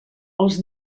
els